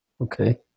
okay